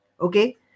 okay